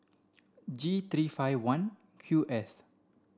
G three five one Q S